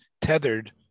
tethered